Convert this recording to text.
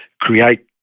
create